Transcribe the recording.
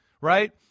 right